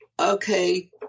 okay